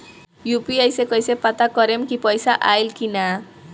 UPI से कईसे पता करेम की पैसा आइल की ना?